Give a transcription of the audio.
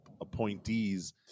appointees